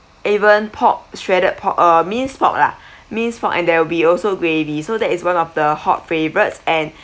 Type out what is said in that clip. even pork shredded pork uh minced pork lah minced pork and there will be also gravy so that is one of the hot favourites and